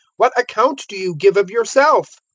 what account do you give of yourself?